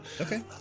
Okay